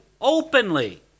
openly